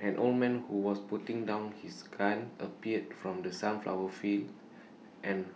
an old man who was putting down his gun appeared from the sunflower fields and